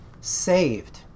saved